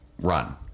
run